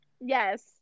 Yes